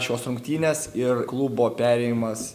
šios rungtynės ir klubo perėjimas